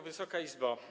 Wysoka Izbo!